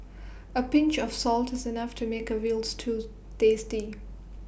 A pinch of salt is enough to make A Veal Stew tasty